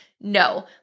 No